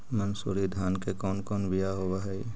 मनसूरी धान के कौन कौन बियाह होव हैं?